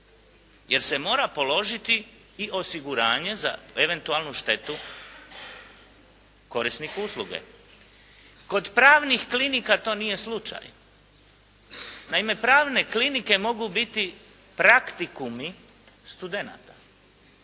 jer se mora položiti i osiguranje za eventualnu štetu korisniku usluge. Kod pravnih klinika to nije slučaj. Naime pravne klinike mogu biti praktikumi studenata